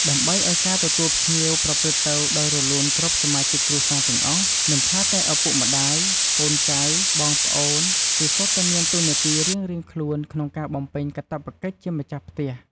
ដើម្បីឲ្យការទទួលភ្ញៀវប្រព្រឹត្តទៅដោយរលូនគ្រប់សមាជិកគ្រួសារទាំងអស់ មិនថាតែឪពុកម្ដាយ កូនចៅ បងប្អូន គឺសុទ្ធតែមានតួនាទីរៀងៗខ្លួនក្នុងការបំពេញកាតព្វកិច្ចជាម្ចាស់ផ្ទះ។